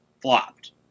flopped